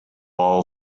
all